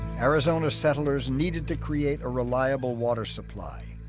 arizona settlers needed to create a reliable water supply.